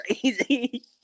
crazy